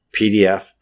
PDF